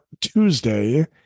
Tuesday